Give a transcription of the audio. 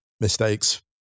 mistakes